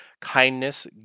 kindness